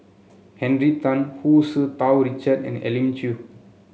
Henry Tan Hu Tsu Tau Richard and Elim Chew